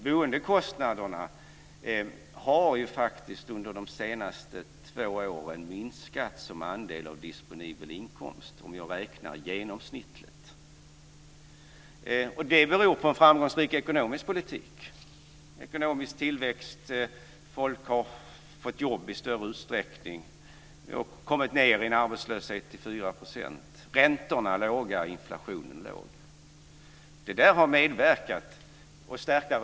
Boendekostnaderna har ju faktiskt under de senaste två åren minskat som andel av disponibel inkomst om man räknar genomsnittligt. Det beror på en framgångsrik ekonomisk politik: Vi har ekonomisk tillväxt, folk har fått jobb i större utsträckning, vi har kommit ned till en arbetslöshet på 4 %, räntorna är låga och inflationen är låg, och reallönerna har stärkts.